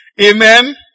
Amen